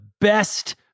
best